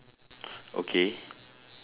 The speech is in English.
okay